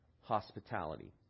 hospitality